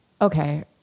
Okay